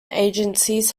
agencies